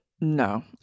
no